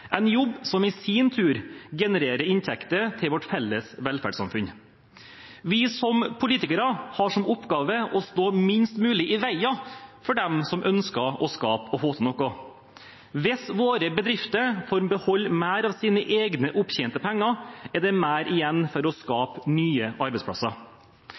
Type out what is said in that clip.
en jobb som i sin tur genererer inntekter til vårt felles velferdssamfunn. Vi som politikere har som oppgave å stå minst mulig i veien for dem som ønsker å skape og å få til noe. Hvis våre bedrifter får beholde mer av sine egne opptjente penger, er det mer igjen til å skape nye arbeidsplasser.